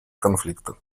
конфликта